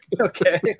Okay